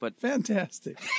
Fantastic